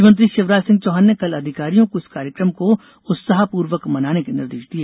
मुख्यमंत्री शिवराज सिंह चौहान ने कल अधिकारियों को इस कार्यक्रम को उत्साहपूर्वक मनाने के निर्देश दिए